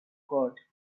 god